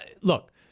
look